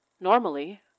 Normally